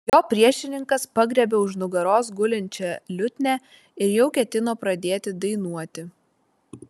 jo priešininkas pagriebė už nugaros gulinčią liutnią ir jau ketino pradėti dainuoti